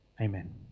Amen